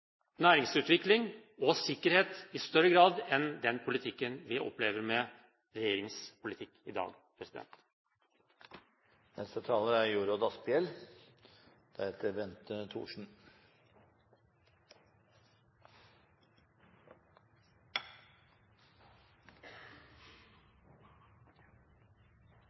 næringsutvikling og sikkerhet i større grad enn det vi opplever med regjeringens politikk i dag. Hva er